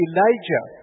Elijah